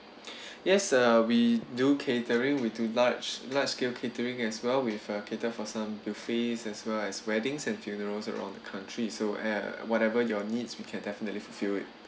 yes uh we do catering we do large large scale catering as well with uh cater for some buffets as well as weddings and funerals around the country so yeah whatever your needs we can definitely fulfil it